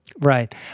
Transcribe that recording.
Right